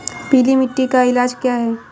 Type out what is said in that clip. पीली मिट्टी का इलाज क्या है?